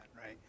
right